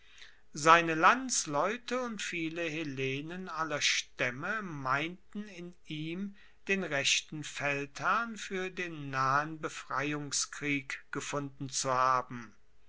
seine landsleute und viele hellenen aller staemme meinten in ihm den rechten feldherrn fuer den nahen befreiungskrieg gefunden zu haben